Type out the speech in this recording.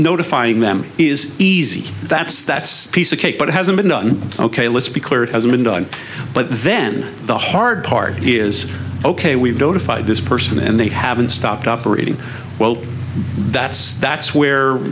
notifying them is easy that's that's piece of cake but it hasn't been done ok let's be clear it has been done but then the hard part is ok we've notified this person and they haven't stopped operating well that's that's where